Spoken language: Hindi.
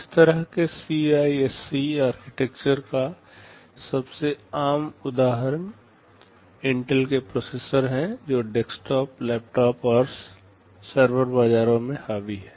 इस तरह के सीआईएससी आर्किटेक्चर का सबसे आम उदाहरण इंटेल के प्रोसेसर हैं जो डेस्कटॉप लैपटॉप और सर्वर बाजारों पर हावी हैं